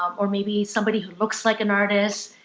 or maybe somebody who looks like an artist,